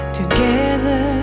together